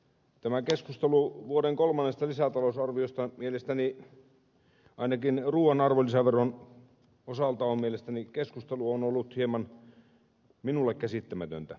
tämä keskustelu vuoden kolmannesta lisätalousarviosta ainakin ruuan arvonlisäveron osalta on ollut hieman minulle käsittämätöntä